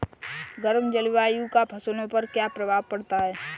गर्म जलवायु का फसलों पर क्या प्रभाव पड़ता है?